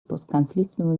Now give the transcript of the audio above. постконфликтного